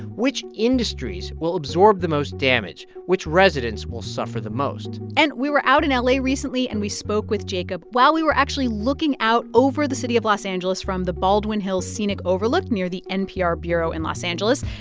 which industries will absorb the most damage? which residents will suffer the most? and we were out and in la recently, and we spoke with jacob while we were actually looking out over the city of los angeles from the baldwin hills scenic overlook near the npr bureau in los angeles.